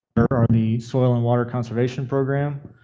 are the soil and water conservation program.